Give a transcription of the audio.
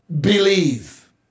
believe